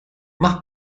más